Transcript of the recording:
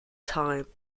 time